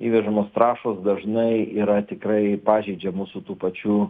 įvežamos trąšos dažnai yra tikrai pažeidžia mūsų tų pačių